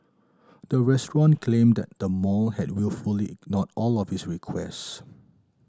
the restaurant claimed that the mall had wilfully ignored all of its requests